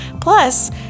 Plus